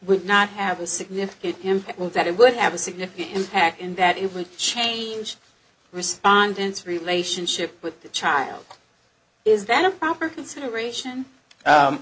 would not have a significant impact will that it would have a significant impact and that it would change respondents relationship with the child is then a proper consideration